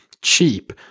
cheap